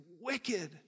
wicked